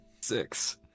Six